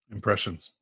Impressions